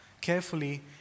carefully